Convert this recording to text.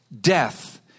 death